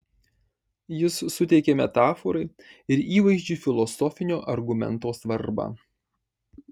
jis suteikė metaforai ir įvaizdžiui filosofinio argumento svarbą